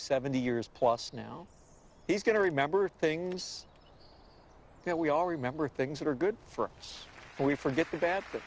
seventy years plus now he's going to remember things that we all remember things that are good for us and we forget the ba